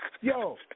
Yo